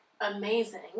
Amazing